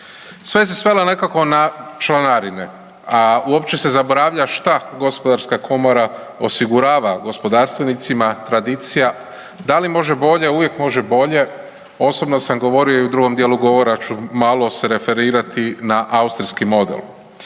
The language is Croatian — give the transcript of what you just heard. Sve se svelo nekako na članarine, a uopće se zaboravlja šta gospodarska komora osigurava gospodarstvenicima, tradicija. Da li može bolje, uvijek može bolje. Osobno sam govorio i u drugom dijelu govora ću malo se referirati na austrijski model.